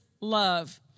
love